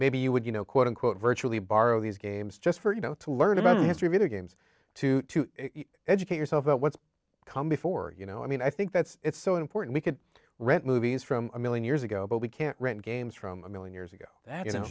maybe you would you know quote unquote virtually borrow these games just for you know to learn about the history of the games to educate yourself about what's come before you know i mean i think that's so important we could rent movies from a million years ago but we can't rent games from a million years ago that